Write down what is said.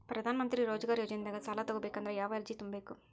ಪ್ರಧಾನಮಂತ್ರಿ ರೋಜಗಾರ್ ಯೋಜನೆದಾಗ ಸಾಲ ತೊಗೋಬೇಕಂದ್ರ ಯಾವ ಅರ್ಜಿ ತುಂಬೇಕು?